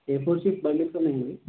ఏ four sheet bundles ఉన్నాయండి